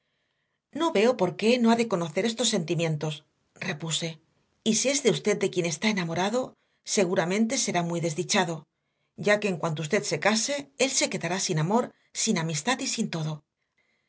no veo por qué no ha de conocer todos estos sentimientos repuse y si es de usted de quien está enamorado seguramente será muy desdichado ya que en cuanto usted se case él se quedará sin amor sin amistad y sin todo